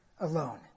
alone